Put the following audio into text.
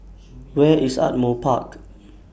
Where IS Ardmore Park